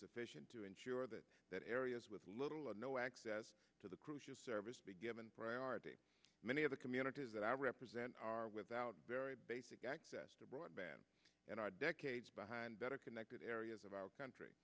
sufficient to ensure that that areas with little or no access to the crew service be given priority many of the communities that i represent are without very basic broadband and our decades behind better connected areas of our country